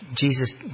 Jesus